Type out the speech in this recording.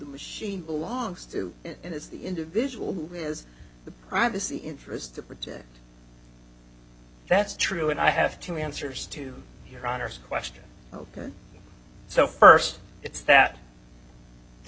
machine belongs to and it's the individual who is the privacy interest to protect that's true and i have two answers to your honor's question ok so first it's that the